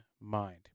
mind